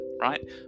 right